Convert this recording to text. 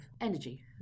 energy